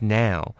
now